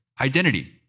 identity